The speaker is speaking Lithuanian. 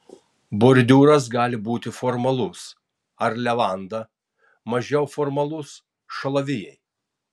bordiūras gali būti formalus ar levanda mažiau formalus šalavijai